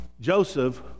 Joseph